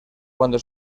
cuando